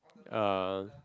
uh